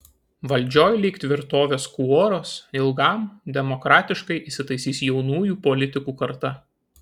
valdžioj lyg tvirtovės kuoruos ilgam demokratiškai įsitaisys jaunųjų politikų karta